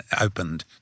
opened